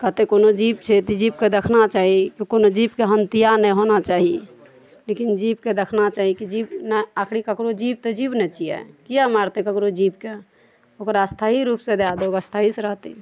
कहतै कोनो जीब छै तऽ जीबके देखबाक चाही कि कोनो जीबके हत्या नहि होयबाक चाही लेकिन जीबके देखबा चाही कि जीब नहि आखरी ककरो जीब तऽ जीब ने छियै किया मारतै ककरो जीब के ओकरा स्थायी रूपसए दए दौक स्थायी सए रहतै